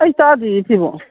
ꯑꯩ ꯇꯥꯗꯤꯌꯦ ꯁꯤꯕꯣ